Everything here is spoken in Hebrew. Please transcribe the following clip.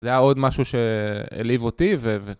זה היה עוד משהו שהלהיב אותי.